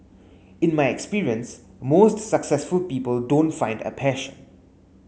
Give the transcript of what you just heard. in my experience most successful people don't find a passion